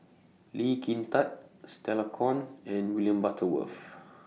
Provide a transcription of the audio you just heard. Lee Kin Tat Stella Kon and William Butterworth